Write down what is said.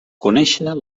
conèixer